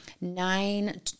nine